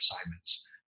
assignments